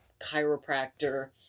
chiropractor